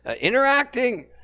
interacting